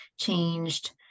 changed